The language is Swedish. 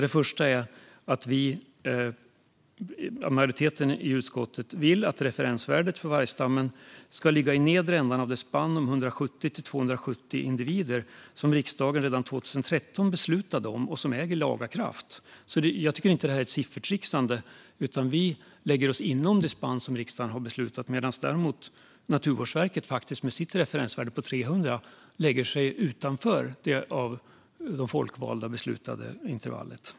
Det första är att majoriteten i utskottet vill att referensvärdet för vargstammen ska ligga i nedre ändan av det spann om 170-270 individer som riksdagen beslutade om redan 2013 och som nu äger laga kraft. Jag tycker inte att det är siffertrixande. Vi lägger oss inom det spann som riksdagen har beslutat medan Naturvårdsverket med sitt referensvärde på 300 faktiskt lägger sig utanför det av de folkvalda beslutade intervallet.